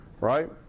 right